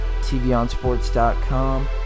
TVonsports.com